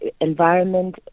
environment